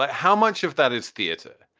but how much of that is theater?